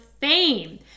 fame